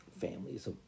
families